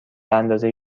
اندازه